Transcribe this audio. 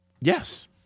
Yes